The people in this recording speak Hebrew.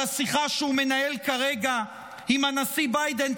השיחה שהוא מנהל כרגע עם הנשיא ביידן,